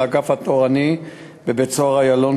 לאגף התורני בבית-סוהר "איילון",